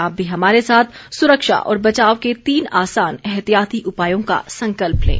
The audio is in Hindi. आप भी हमारे साथ सुरक्षा और बचाव के तीन आसान एहतियाती उपायों का संकल्प लें